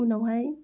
उनावहाय